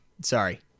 Sorry